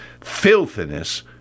Filthiness